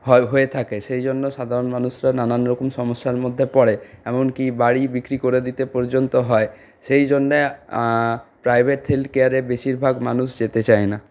হয় হয়ে থাকে সেই জন্য সাধারণ মানুষরা নানানরকম সমস্যার মধ্যে পড়ে এমন কি বাড়ি বিক্রি করে দিতে পর্যন্ত হয় সেই জন্যে প্রাইভেট হেলথ কেয়ারে বেশিরভাগ মানুষ যেতে চায় না